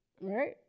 Right